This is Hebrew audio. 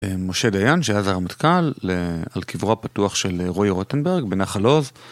משה דיין, שאז היה רמטכ"ל על קברו פתוח של רועי רוטנברג, בנחל עוז.